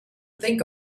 think